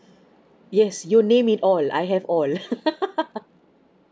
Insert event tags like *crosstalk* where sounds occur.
yes you name it all I have all *laughs*